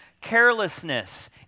carelessness